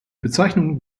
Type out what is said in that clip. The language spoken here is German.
bezeichnung